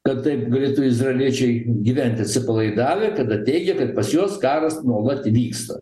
kad taip galėtų izraeliečiai gyventi atsipalaidavę kada teigia kad pas juos karas nuolat vyksta